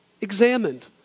examined